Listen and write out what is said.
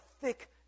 thick